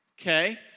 Okay